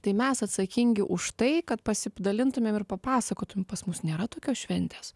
tai mes atsakingi už tai kad pasidalintumėm ir papasakotumėm pas mus nėra tokios šventės